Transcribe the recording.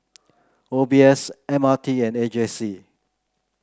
O B S M R T and A J C